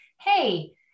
Hey